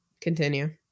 Continue